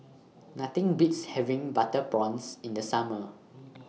Nothing Beats having Butter Prawns in The Summer